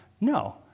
No